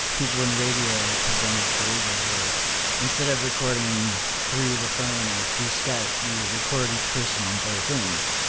people in radio have done this for ages where instead of recording through the phone or through skype, you record each person on both ends,